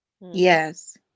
Yes